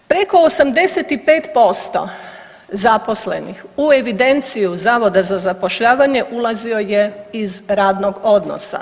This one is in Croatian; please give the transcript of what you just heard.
Preko 85% zaposlenih u evidenciju zavoda za zapošljavanje ulazio je iz radnog odnosa.